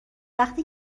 وقتی